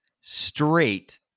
straight